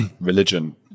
religion